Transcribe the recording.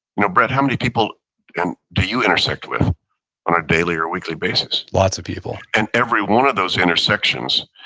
you know brett, how many people and do you intersect with on a daily or weekly basis? lots of people and every one of those intersections,